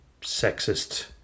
sexist